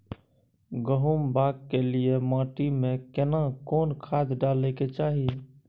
गहुम बाग के लिये माटी मे केना कोन खाद डालै के चाही?